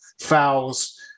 fouls